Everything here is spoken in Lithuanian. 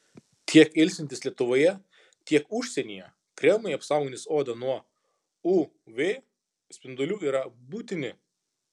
tiek ilsintis lietuvoje tiek užsienyje kremai apsaugantys odą nuo uv spindulių yra būtini